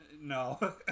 no